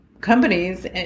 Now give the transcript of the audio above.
companies